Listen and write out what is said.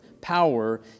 power